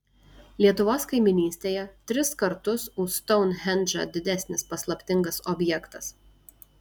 lietuvos kaimynystėje tris kartus už stounhendžą didesnis paslaptingas objektas